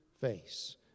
face